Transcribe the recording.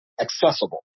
accessible